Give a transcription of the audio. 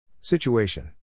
situation